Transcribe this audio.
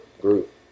group